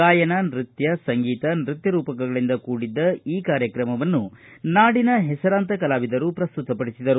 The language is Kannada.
ಗಾಯನ ನೃತ್ಯ ಸಂಗೀತ ನೃತ್ಯ ರೂಪಕಗಳಿಂದ ಕೂಡಿದ್ದ ಈ ಕಾರ್ಯಕ್ರಮವನ್ನು ನಾಡಿನ ಹೆಸರಾಂತ ಕಲಾವಿದರು ಶ್ರಸ್ತುತ ಪಡಿಸಿದರು